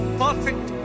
perfect